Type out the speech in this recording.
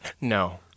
No